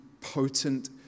potent